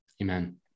Amen